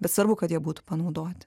bet svarbu kad jie būtų panaudoti